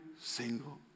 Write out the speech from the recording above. single